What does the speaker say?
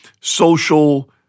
social